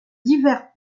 divers